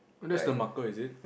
oh that's the marker is it